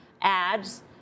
ads